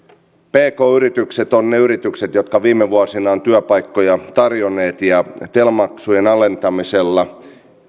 pk yritykset ovat ne yritykset jotka viime vuosina ovat työpaikkoja tarjonneet ja tel maksujen alentamisella